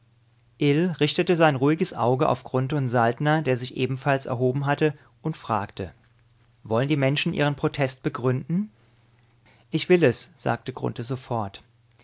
richtete sein ruhiges auge auf grunthe und saltner der sich ebenfalls erhoben hatte und fragte wollen die menschen ihren protest begründen ich will es sagte grunthe sofort